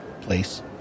place